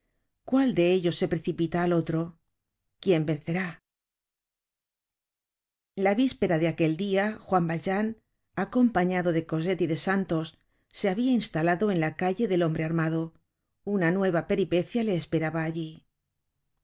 cuál de ellos precipita al otro quién vencerá la víspera de aquel dia juan valjean acompañado de cosette y de santos se habia instalado en la calle del hombre armado una nueva peripecia le esperaba allí